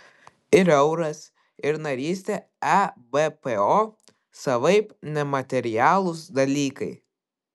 ir euras ir narystė ebpo savaip nematerialūs dalykai